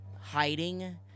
hiding